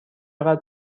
قدر